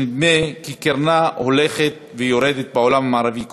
שנדמה כי קרנה הולכת ויורדת בעולם המערבי כולו.